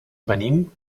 venim